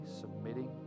submitting